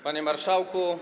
Panie Marszałku!